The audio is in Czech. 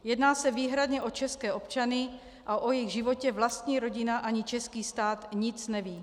Jedná se výhradně o české občany a o jejich životě vlastní rodina ani český stát nic neví.